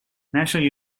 national